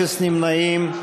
בעד, 49, נגד, 60, אפס נמנעים.